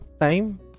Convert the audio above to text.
Time